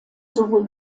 sowohl